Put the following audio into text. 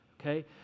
Okay